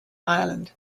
ireland